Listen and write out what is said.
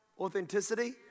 authenticity